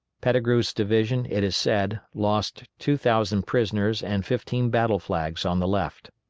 pettigrew's division, it is said, lost two thousand prisoners and fifteen battle-flags on the left.